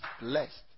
blessed